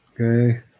Okay